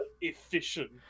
efficient